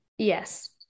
Yes